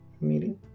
meeting